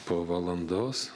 po valandos